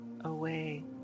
away